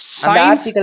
Science